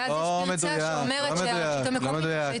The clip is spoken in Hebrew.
ואז יש פרצה שאומרת שהרשות המקומית --- זה לא מדויק.